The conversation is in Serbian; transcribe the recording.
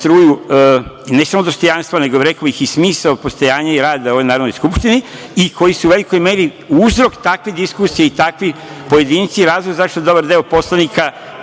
ne samo dostojanstvo, nego, rekao bih, i smisao postojanja i rada u ovoj Narodnoj skupštini i koji su u velikoj meri uzrok takve diskusije. Takvi pojedinci su razlog zašto dobar deo poslanika